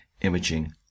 imaging